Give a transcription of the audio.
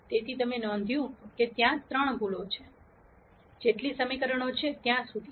તેથી તમે નોંધ્યું છે કે ત્યાં ત્રણ ભૂલો છે જેટલી સમીકરણો છે ત્યાં સુધી